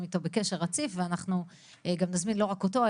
איתו בקשר רציף ואנחנו גם נזמין לא רק אותו,